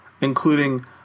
including